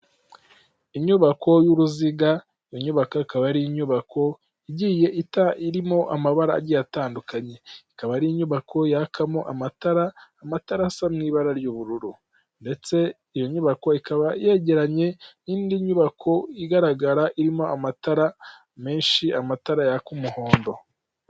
Inyubako y'uruziga. Iyo nyubako ikaba ari inyubako igiye irimo amabara agiye atandukanye, ikaba ari inyubako yakamo amatara, amatara asa n'ibara ry'ubururu, ndetse iyo nyubako ikaba yegeranye n'indi nyubako igaragara irimo amatara menshi amatara yaka umuhondo.